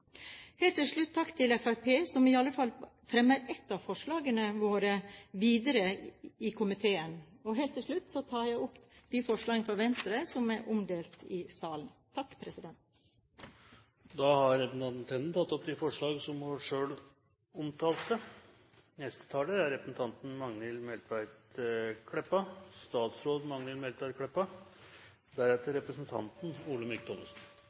Helt til slutt: Takk til Fremskrittspartiet som i alle fall fremmer ett av forslagene våre videre i komiteen. Og så tar jeg opp de forslagene fra Venstre som er omdelt i salen. Representanten Borghild Tenden har tatt opp de forslagene hun refererte til. Denne regjeringa overtok etter ei regjering med låge ambisjonar, som